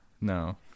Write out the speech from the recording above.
No